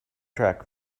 track